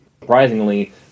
surprisingly